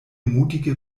mutige